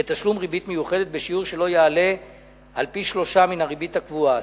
בתשלום ריבית מיוחדת בשיעור שלא יעלה על פי-שלושה מן הריבית הקבועה.